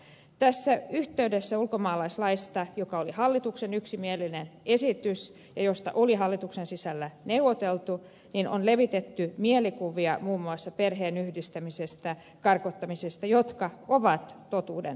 tässä yhteydessä ulkomaalaislaista joka oli hallituksen yksimielinen esitys ja josta oli hallituksen sisällä neuvoteltu on levitetty muun muassa perheiden yhdistämisestä ja karkottamisesta mielikuvia jotka ovat totuudenvastaisia